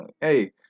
hey